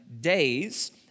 days